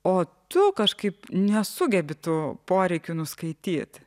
o tu kažkaip nesugebi tų poreikių nuskaityti